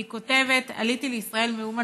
והיא כותבת: עליתי לישראל מאומן,